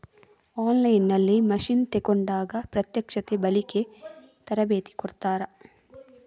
On line ನಲ್ಲಿ machine ತೆಕೋಂಡಾಗ ಪ್ರತ್ಯಕ್ಷತೆ, ಬಳಿಕೆ, ತರಬೇತಿ ಕೊಡ್ತಾರ?